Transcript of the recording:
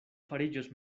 fariĝos